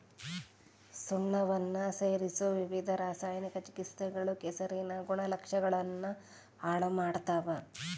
ಸುಣ್ಣವನ್ನ ಸೇರಿಸೊ ವಿವಿಧ ರಾಸಾಯನಿಕ ಚಿಕಿತ್ಸೆಗಳು ಕೆಸರಿನ ಗುಣಲಕ್ಷಣಗುಳ್ನ ಹಾಳು ಮಾಡ್ತವ